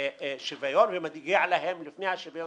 שוויון ומגיע להם לפני השוויון,